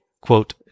quote